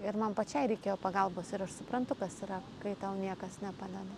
ir man pačiai reikėjo pagalbos ir aš suprantu kas yra kai tau niekas nepadeda